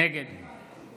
נגד